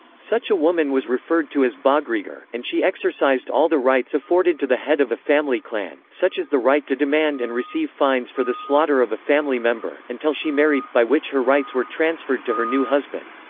such a woman was referred to as baugrygr, and she exercised all the rights afforded to the head of a family clan such as the right to demand and receive fines for the slaughter of a family member until she married, by which her rights were transferred to her new husband.